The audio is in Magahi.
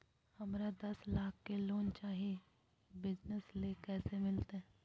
हमरा दस लाख के लोन चाही बिजनस ले, कैसे मिलते?